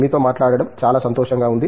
మీతో మాట్లాడటం చాలా సంతోషంగా ఉంది